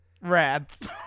rats